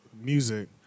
music